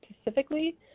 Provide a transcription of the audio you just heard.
specifically